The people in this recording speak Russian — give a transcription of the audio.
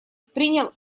принял